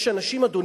יש אנשים, אדוני,